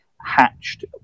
Hatched